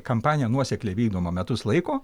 kampanija nuoseklia vykdoma metus laiko